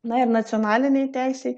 na ir nacionalinėj teisėj